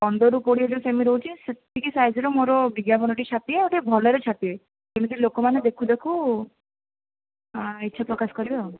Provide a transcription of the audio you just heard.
ପନ୍ଦରରୁ କୋଡ଼ିଏ ସେମି ଯଉ ରହୁଛି ସେତିକି ସାଇଜ୍ରେ ମୋର ବିଜ୍ଞାପନ ଛାପିବେ ଆଉ ଟିକିଏ ଭଲରେ ଛାପିବେ ଯେମିତି ଲୋକମାନେ ଦେଖୁ ଦେଖୁ ଇଚ୍ଛା ପ୍ରକାଶ କରିବେ